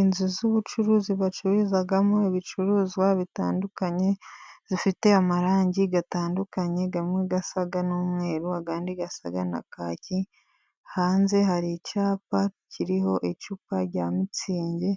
Inzu z'ubucuruzi bacururizamo ibicuruzwa bitandukanye, zifite amarangi gatandukanye, amwe asa n'umweru andi asa.na' kaki. Hanze hari icyapa kiriho icupa rya mitsingi,